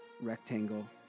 rectangle